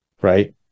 Right